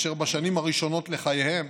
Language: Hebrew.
אשר בשנים הראשונות לחייהם